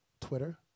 Twitter